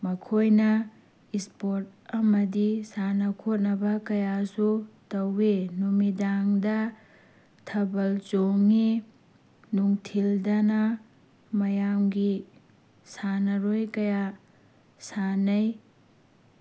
ꯃꯈꯣꯏꯅ ꯏꯁꯄꯣꯔꯠ ꯑꯃꯗꯤ ꯁꯥꯟꯅ ꯈꯣꯠꯅꯕ ꯀꯌꯥꯁꯨ ꯇꯧꯋꯤ ꯅꯨꯃꯤꯗꯥꯡꯗ ꯊꯥꯕꯜ ꯆꯣꯡꯉꯤ ꯅꯨꯡꯊꯤꯜꯗꯅ ꯃꯌꯥꯝꯒꯤ ꯁꯥꯟꯅꯔꯣꯏ ꯀꯌꯥ ꯁꯥꯟꯅꯩ